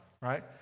right